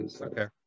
okay